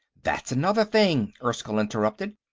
that's another thing, erskyll interrupted.